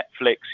Netflix